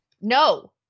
No